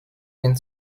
den